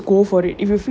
I'm so stupid